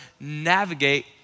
navigate